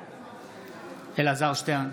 בעד אלעזר שטרן,